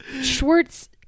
schwartz